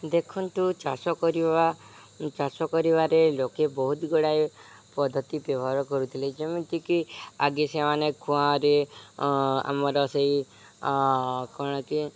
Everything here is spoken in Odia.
ଦେଖନ୍ତୁ ଚାଷ କରିବା ଚାଷ କରିବାରେ ଲୋକେ ବହୁତ ଗୁଡ଼ାଏ ପଦ୍ଧତି ବ୍ୟବହାର କରୁଥିଲେ ଯେମିତିକି ଆଗେ ସେମାନେ ଖୁଆଁରେ ଆମର ସେଇ କ'ଣ କି